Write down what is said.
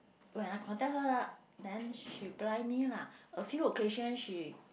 when I contact her then she she reply lah a few occasion she